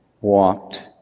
walked